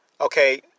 Okay